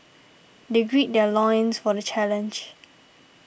they gird their loins for the challenge